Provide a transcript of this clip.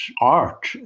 art